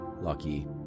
lucky